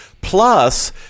plus